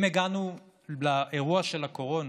הגענו לאירוע של הקורונה,